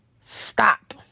Stop